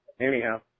Anyhow